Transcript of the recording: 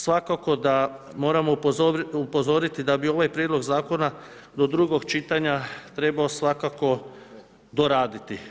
Svakako da moramo upozoriti da bi ovaj prijedlog zakona, do drugog čitanja trebao svakako doraditi.